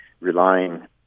relying